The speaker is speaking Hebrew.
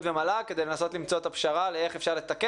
ומל"ג כדי לנסות ולמצוא את הפשרה איך לתקן.